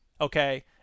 okay